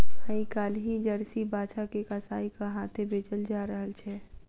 आइ काल्हि जर्सी बाछा के कसाइक हाथेँ बेचल जा रहल छै